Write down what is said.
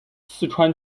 四川